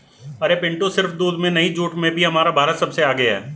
अरे पिंटू सिर्फ दूध में नहीं जूट में भी हमारा भारत सबसे आगे हैं